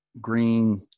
green